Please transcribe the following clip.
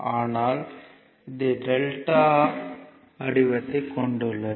ஆனால் இது டெல்டா வடிவத்தைக் கொண்டுள்ளது